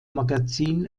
magazin